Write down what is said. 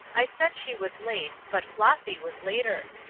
i said she was late, but flossy was later.